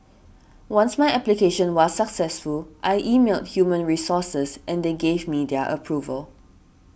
once my application was successful I emailed human resources and they gave me their approval